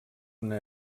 una